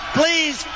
please